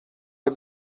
les